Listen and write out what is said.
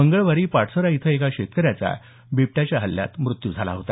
मंगळवारी पाटसरा इथं एका शेतकऱ्याचा बिबट्याच्या हल्ल्यात मृत्यू झाला होता